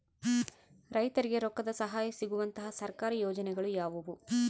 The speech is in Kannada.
ರೈತರಿಗೆ ರೊಕ್ಕದ ಸಹಾಯ ಸಿಗುವಂತಹ ಸರ್ಕಾರಿ ಯೋಜನೆಗಳು ಯಾವುವು?